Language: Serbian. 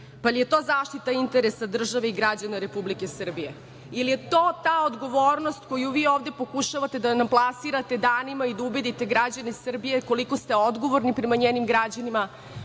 da li je to zaštita interesa države i građana Republike Srbije ili je to ta odgovornost koju vi ovde pokušavate da nam plasirate danima i da ubedite građane Srbije koliko ste odgovorni prema njenim građanima,